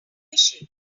fishing